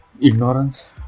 ignorance